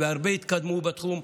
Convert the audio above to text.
והרבה התקדמו בתחום,